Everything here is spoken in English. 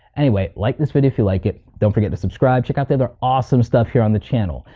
anyway, like this video if you like it, don't forget to subscribe, check out the other awesome stuff here on the channel.